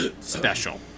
special